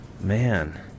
Man